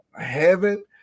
Heaven